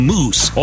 Moose